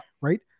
Right